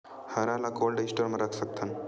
हरा ल cold store म रख सकथन?